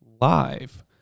live